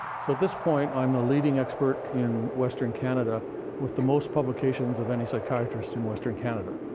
so at this point, i'm the leading expert in western canada with the most publications of any psychiatrist in western canada.